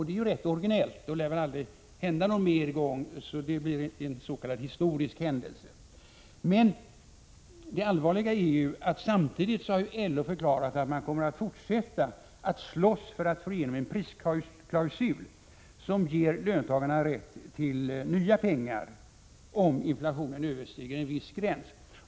Det är ju rätt originellt och lär aldrig hända någon mer gång. Det blir en s.k. historisk händelse. Men det allvarliga är att samtidigt har LO förklarat att man kommer att fortsätta att slåss för att få igenom en prisklausul, som ger löntagarorganisationerna rätt till nya pengar om inflationen överstiger en viss gräns.